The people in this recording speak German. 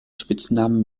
spitznamen